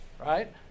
right